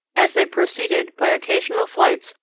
as they proceeded, by occasional flights,